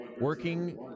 working